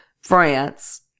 France